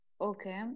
okay